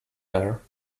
there